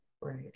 right